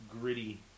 gritty